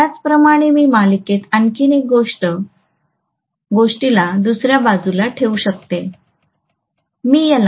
त्याचप्रमाणे मी मालिकेत आणखी एका गोष्टीला दुसऱ्या बाजूला ठेवू शकतो